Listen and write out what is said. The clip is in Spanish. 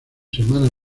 semana